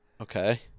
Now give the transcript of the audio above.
Okay